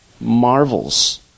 marvels